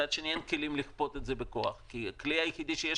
מצד שני אין כלים לכפות את זה בכוח כי הכלי היחיד שיש